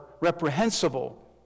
reprehensible